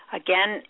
again